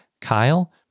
Kyle